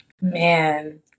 Man